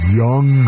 young